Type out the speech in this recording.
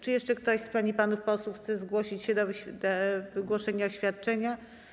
Czy jeszcze ktoś z pań i panów posłów chce zgłosić się do wygłoszenia oświadczenia?